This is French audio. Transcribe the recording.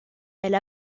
elle